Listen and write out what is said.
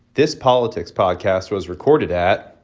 this politics podcast was recorded at.